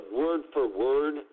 word-for-word